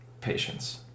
patience